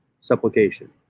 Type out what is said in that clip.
supplication